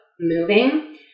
moving